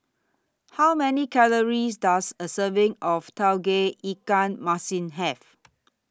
How Many Calories Does A Serving of Tauge Ikan Masin Have